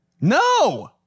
No